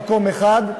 במקום אחד,